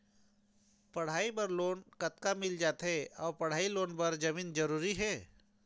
पढ़ई बर लोन कतका मिल जाथे अऊ पढ़ई लोन बर जमीन जरूरी हे?